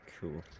Cool